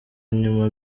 nyuma